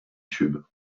tube